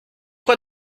quoi